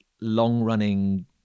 long-running